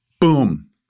boom